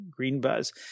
GreenBuzz